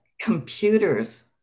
computers